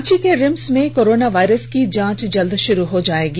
रांची के रिम्स में corona virus की जांच जल्द शुरू हो जयेगी